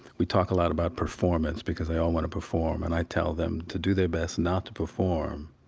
we talk a lot about performance because they all want to perform. and i tell them to do their best not to perform,